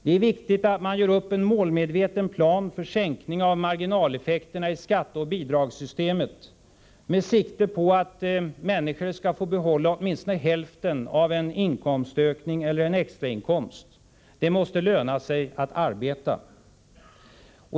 Det är viktigt att den gör upp en målmedveten plan för sänkning av marginaleffekterna i skatteoch bidragssystemet med sikte på att människor skall få behålla åtminstone hälften av en inkomstökning eller en extrainkomst. Det måste löna sig att arbeta!